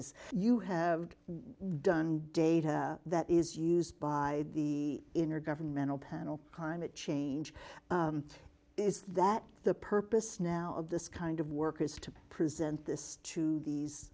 is you have done data that is used by the inner governmental panel on climate change is that the purpose now of this kind of work is to present this to these